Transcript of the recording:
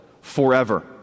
forever